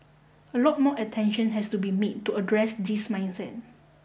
a lot more attention has to be made to address this mindset